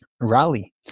rally